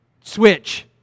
switch